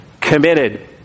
Committed